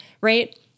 right